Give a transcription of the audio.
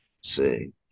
see